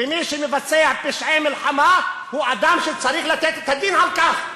ומי שמבצע פשעי מלחמה הוא אדם שצריך לתת את הדין על כך.